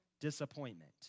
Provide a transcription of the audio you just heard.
disappointment